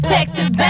Texas